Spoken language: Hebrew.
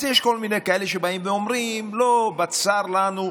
אז יש כל מיני כאלה שבאים ואומרים: לא, בצר לנו.